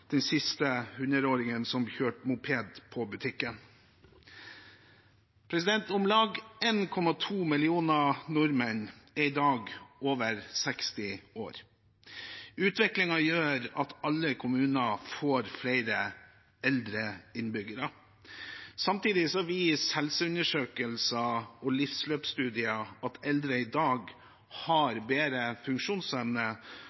den siste var 100-åringen som kjørte moped til butikken. Om lag 1,2 millioner nordmenn er i dag over 60 år. Utviklingen gjør at alle kommuner får flere eldre innbyggere. Samtidig viser helseundersøkelser og livsløpsstudier at eldre i dag